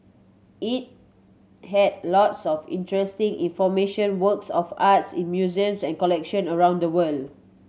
it had lots of interesting information works of arts in museums and collection around the world